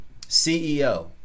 CEO